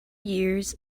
years